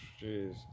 jeez